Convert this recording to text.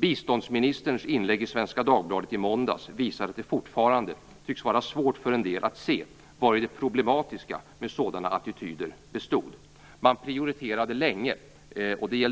Biståndsministerns inlägg i Svenska Dagbladet i måndags visar att det fortfarande tycks vara svårt för en del att se vari det problematiska med sådana attityder består.